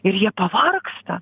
ir jie pavargsta